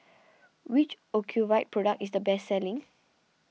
which Ocuvite product is the best selling